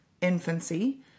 infancy